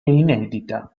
inedita